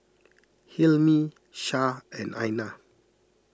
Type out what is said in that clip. Hilmi Shah and Aina